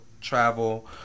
travel